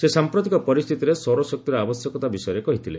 ସେ ସାମ୍ପ୍ରତିକ ପରିସ୍ଥିତିରେ ସୌରଶକ୍ତିର ଆବଶ୍ୟକତା ବିଷୟରେ କହିଥିଲେ